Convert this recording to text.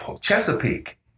Chesapeake